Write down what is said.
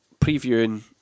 previewing